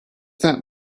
that